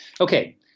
Okay